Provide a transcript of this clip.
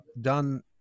done